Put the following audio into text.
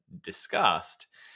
discussed